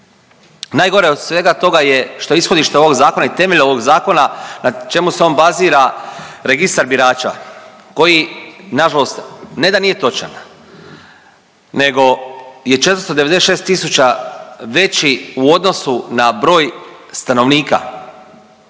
Najgore od svega toga je što je ishodište ovog zakona i temelj ovog zakona na čemu se on bazira Registar birača koji nažalost ne da nije točan nego je 496 tisuća veći u odnosu na broj stanovnika.